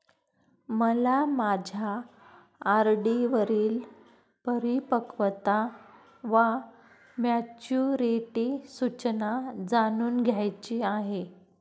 मला माझ्या आर.डी वरील परिपक्वता वा मॅच्युरिटी सूचना जाणून घ्यायची आहे